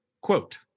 quote